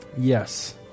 Yes